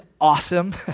awesome